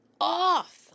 off